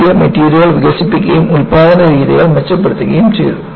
പുതിയ മെറ്റീരിയലുകൾ വികസിപ്പിക്കുകയും ഉൽപാദന രീതികൾ മെച്ചപ്പെടുത്തുകയും ചെയ്തു